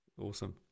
Awesome